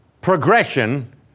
progression